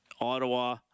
Ottawa